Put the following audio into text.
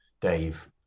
Dave